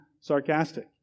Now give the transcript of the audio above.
sarcastic